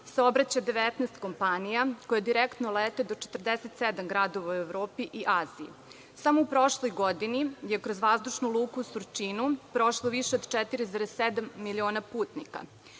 saobraća 19 kompanija koje direktno lete do 47 gradova u Evropi i Aziji. Samo u prošloj godini je kroz vazdušnu luku u Surčinu prošlo više od 4,7 miliona putnika.